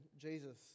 Jesus